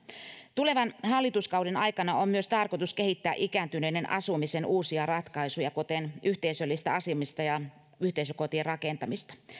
tulevan hallituskauden aikana on myös tarkoitus kehittää ikääntyneiden asumisen uusia ratkaisuja kuten yhteisöllistä asumista ja yhteisökotien rakentamista